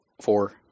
four